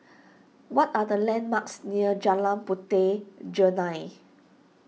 what are the landmarks near Jalan Puteh Jerneh